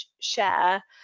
share